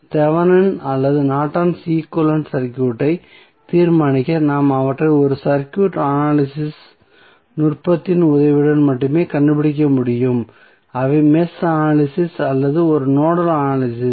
Thevenin அல்லது Norton's equivalent சர்க்யூட்டை தீர்மானிக்க நாம் அவற்றை ஒரு சர்க்யூட் அனலிசிஸ் நுட்பத்தின் உதவியுடன் மட்டுமே கண்டுபிடிக்க வேண்டும் அவை மெஷ் அனலிசிஸ் அல்லது ஒரு நோடல் அனலிசிஸ்